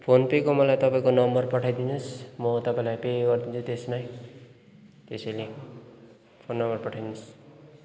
phone पेको मलाई तपाईँको नम्बर पठाइदिनु होस् म तपाईँलाई पे गरिदिन्छु त्यसमै त्यसैले फोन नम्बर पठाइदिनु होस्